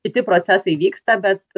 kiti procesai vyksta bet